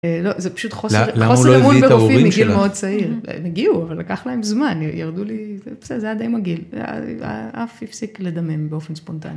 זה פשוט חוסר, חוסר אמון ברופאים מגיל מאוד צעיר, הם הגיעו, אבל לקח להם זמן, ירדו לי, זה היה די מגעיל, זה היה, אף הפסיק לדמם באופן ספונטני.